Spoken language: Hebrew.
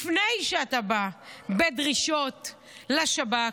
לפני שאתה בא בדרישות לשב"כ,